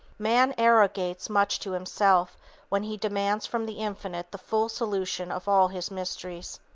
man arrogates much to himself when he demands from the infinite the full solution of all his mysteries.